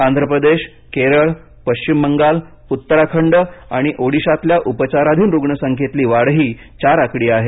आंध्रप्रदेश केरळ पश्चिम बंगाल उत्तराखंड आणि ओदीशातल्या उपचाराधीन रुग्णसंख्येतली वाढही चार आकडी आहे